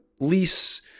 lease